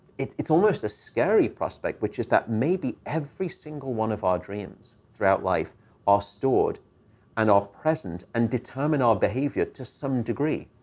it's almost a scary prospect, which is that maybe every single one of our dreams throughout life are stored and are present and determine our behavior to some degree,